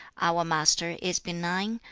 our master is benign,